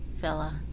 fella